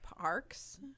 Parks